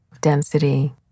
density